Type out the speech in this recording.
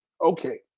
Okay